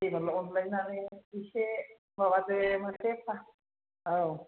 देगद नगद बुंलायनानै इसे माबादो माथो एफा औ